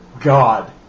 God